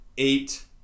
Eight